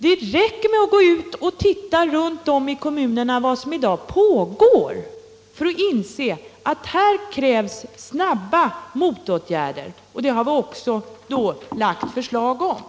Om man går runt i kommunerna och tittar på vad som pågår, inser man att det krävs snabba motåtgärder. Sådana har vi också lagt fram förslag till.